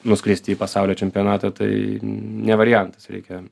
nuskristi į pasaulio čempionatą tai ne variantas reikia